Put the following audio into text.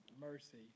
mercy